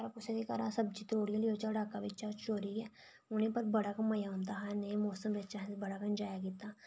बाऽ खबरै कुसै दे घरा सब्जी त्रोड़ियै लेई ओड़चै चोरिया उनें ई बड़ा गै मज़ा औंदा हा नेह मौसम बिच बड़ा गै एंजॉय कीता